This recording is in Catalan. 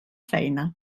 feina